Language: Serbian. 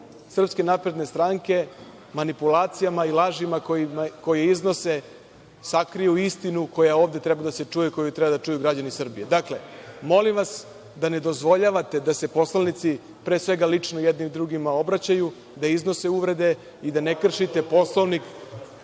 poslanici SNS manipulacijama i lažima koje iznose sakriju istinu koja ovde treba da se čuje i koju treba da čuju građani Srbije. Molim vas da ne dozvoljavate da se poslanici pre svega lično jedni drugima obraćaju, da iznose uvrede i da ne kršite Poslovnik